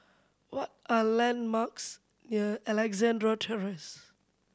what are landmarks near Alexandra Terrace